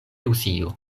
rusio